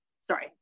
sorry